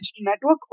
network